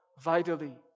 vitally